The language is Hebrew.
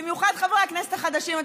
במיוחד חברי הכנסת החדשים,